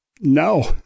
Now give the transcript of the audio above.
no